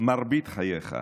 מרבית חייך,